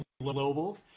global